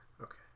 okay